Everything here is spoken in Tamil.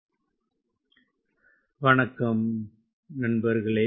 காலை வணக்கம் நண்பர்களே